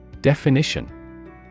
definition